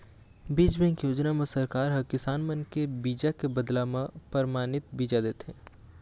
बीज बेंक योजना म सरकार ह किसान मन के बीजा के बदला म परमानित बीजा देथे